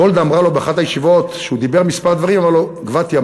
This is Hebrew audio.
גולדה אמרה לו באחת הישיבות כשהוא אמר כמה דברים: גבתי,